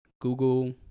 Google